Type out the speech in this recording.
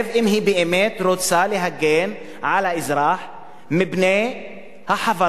אם היא באמת רוצה להגן על האזרח מפני החברות